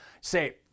say